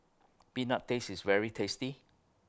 Peanut Paste IS very tasty